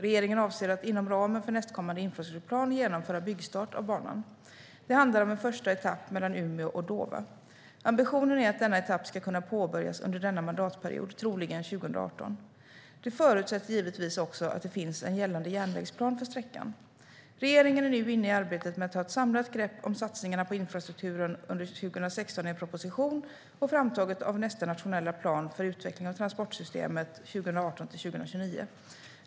Regeringen avser att inom ramen för nästkommande infrastrukturplan genomföra byggstart av banan. Det handlar om en första etapp mellan Umeå och Dåva. Ambitionen är att denna etapp ska kunna påbörjas under denna mandatperiod, troligen under 2018. Det förutsätter givetvis också att det finns en gällande järnvägsplan för sträckan. Regeringen är nu inne i arbetet med att ta ett samlat grepp om satsningarna på infrastrukturen under 2016 i en proposition och framtagandet av nästa nationella plan för utveckling av transportsystemet 2018-2029.